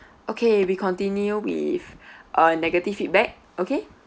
okay we continue with uh negative feedback okay